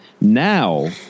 Now